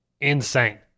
insane